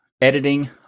editing